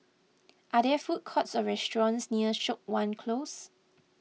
are there food courts or restaurants near Siok Wan Close